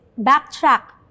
backtrack